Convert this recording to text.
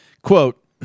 Quote